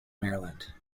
maryland